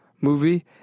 movie